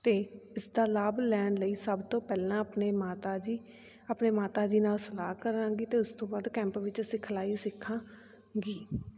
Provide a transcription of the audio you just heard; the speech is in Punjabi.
ਅਤੇ ਇਸਦਾ ਲਾਭ ਲੈਣ ਲਈ ਸਭ ਤੋਂ ਪਹਿਲਾਂ ਆਪਣੇ ਮਾਤਾ ਜੀ ਆਪਣੇ ਮਾਤਾ ਜੀ ਨਾਲ ਸਲਾਹ ਕਰਾਂਗੀ ਅਤੇ ਉਸ ਤੋਂ ਬਾਅਦ ਕੈਂਪ ਵਿੱਚ ਸਿਖਲਾਈ ਸਿੱਖਾਂਗੀ